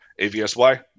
AVSY